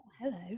hello